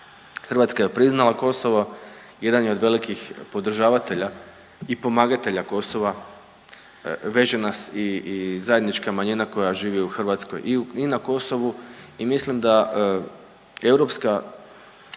Hrvatska je priznala Kosovo, jedan je od velikih podržavatelja i pomagatelja Kosova, veže nas i zajednička manjina koja živi i u Hrvatskoj i na Kosovu i mislim da europska